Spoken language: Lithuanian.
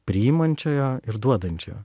priimančiojo ir duodančio